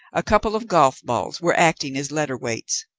a couple of golf balls were acting as letter weights.